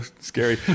Scary